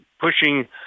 pushing